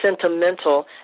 sentimental